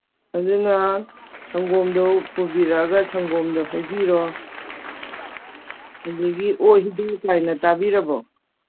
ꯑꯗꯨꯅ ꯁꯪꯒꯣꯝꯗꯣ ꯄꯨꯕꯤꯔꯛꯑꯒ ꯁꯪꯒꯣꯝꯗꯣ ꯍꯩꯕꯤꯔꯣ ꯑꯗꯒꯤ ꯑꯣꯛ ꯍꯤꯗꯥꯛꯒꯥꯏꯅ ꯇꯥꯕꯤꯔꯕ